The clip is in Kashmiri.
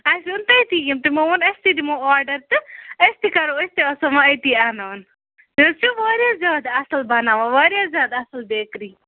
اَسہِ اوٚن تتہِ یِم تِمو ووٚن أسۍ تہِ دِمو آرڈَر تہٕ أسۍ تہِ کَرو أسۍ تہِ آسو وَن أتہِ اَنان تے حظ چھِ واریاہ زیادٕ اَصٕل بَناوان واریاہ زیادٕ اَصٕل بیکری